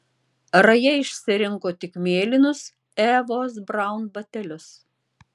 raja išsirinko tik mėlynus evos braun batelius